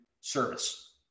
service